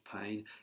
pain